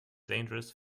dangerous